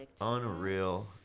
Unreal